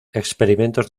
experimentos